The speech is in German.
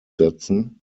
setzen